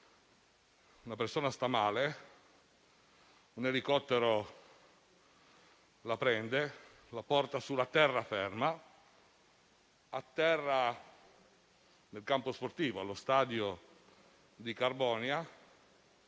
Una persona sta male, un elicottero la soccorre e la porta sulla terraferma; atterra in un campo sportivo, lo stadio di Carbonia,